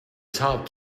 top